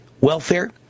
welfare